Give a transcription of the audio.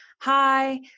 hi